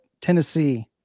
Tennessee